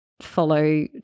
follow